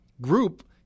group